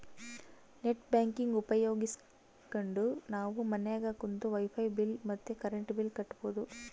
net banking ಉಪಯೋಗಿಸ್ಕೆಂಡು ನಾವು ಮನ್ಯಾಗ ಕುಂತು ವೈಫೈ ಬಿಲ್ ಮತ್ತೆ ಕರೆಂಟ್ ಬಿಲ್ ಕಟ್ಬೋದು